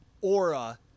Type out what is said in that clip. aura